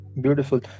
Beautiful